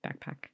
backpack